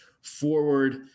forward